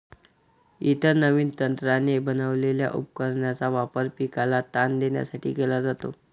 इतर नवीन तंत्राने बनवलेल्या उपकरणांचा वापर पिकाला ताण देण्यासाठी केला जातो